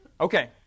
Okay